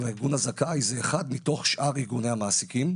והארגון הזכאי הוא אחד מתוך שאר ארגוני המעסיקים,